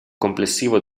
complessivo